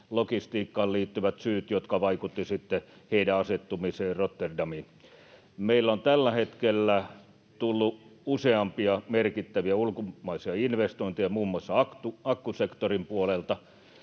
logistiikkaan liittyvät syyt, jotka vaikuttivat sitten heidän asettumiseensa Rotterdamiin. Meille on tällä hetkellä tullut useampia merkittäviä ulkomaisia investointeja muun muassa akkusektorin puolelta,